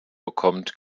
bekommt